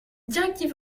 directive